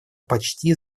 почти